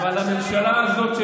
וגם מה זה בריונות,